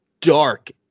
dark